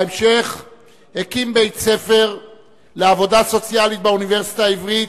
בהמשך הקים בית-ספר לעבודה סוציאלית באוניברסיטה העברית,